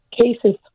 cases